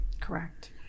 Correct